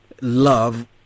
love